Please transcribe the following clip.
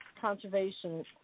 conservation